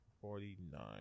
forty-nine